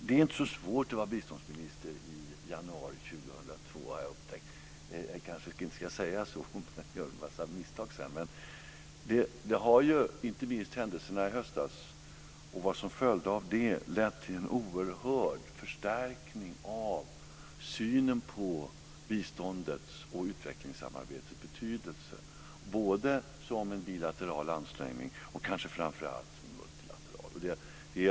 Det är inte så svårt att vara biståndsminister i januari 2002, har jag upptäckt. Jag kanske inte ska säga så - jag kan göra en massa misstag sedan. Inte minst händelserna i höstas och vad som följde av dem har lett till en oerhörd förstärkning av synen på biståndets och utvecklingssamarbetets betydelse, både som en bilateral ansträngning och som en multilateral.